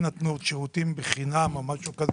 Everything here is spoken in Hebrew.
שנתנו שירותים בחינם או משהו כזה,